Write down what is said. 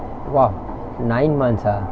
!wah! nine months ah